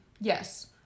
Yes